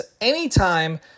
anytime